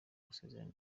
gusezerana